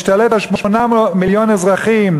השתלט על 8 מיליון אזרחים.